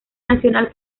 nacional